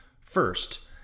First